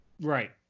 Right